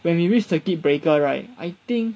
when we reach circuit breaker right I think